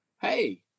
hey